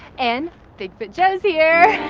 and bigfoot joe's here.